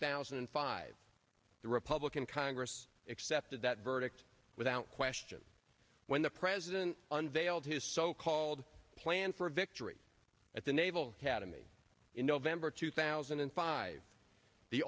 thousand and five the republican congress accepted that verdict without question when the president unveiled his so called plan for victory at the naval academy in november two thousand and five the